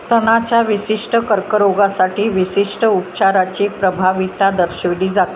स्तनाच्या विशिष्ट कर्करोगासाठी विशिष्ट उपचाराची प्रभाविता दर्शविली जाते